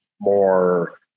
more